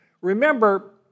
Remember